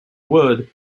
wood